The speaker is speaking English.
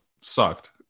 sucked